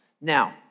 Now